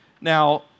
Now